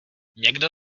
někdo